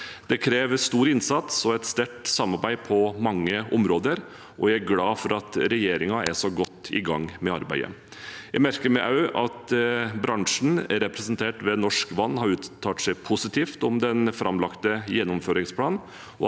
Det krever stor innsats og et sterkt samarbeid på mange områder, og jeg er glad for at regjeringen er så godt i gang med arbeidet. Jeg merker meg òg at bransjen, representert ved Norsk Vann, har uttalt seg positivt om den framlagte gjennomføringsplanen,